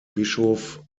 bischof